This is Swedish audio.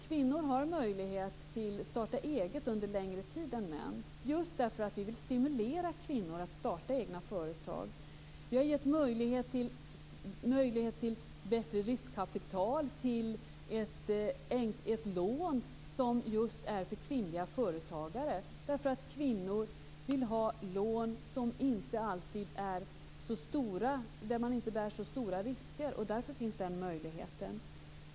Kvinnor har möjlighet att starta eget under längre tid än män - just för att vi vill stimulera kvinnor att starta egna företag. Vi har gett möjlighet till bättre riskkapital, ett lån för just kvinnliga företagare. Kvinnor vill ofta inte ha så stora lån med så stora risker. Därför finns den möjligheten.